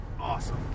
awesome